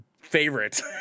favorite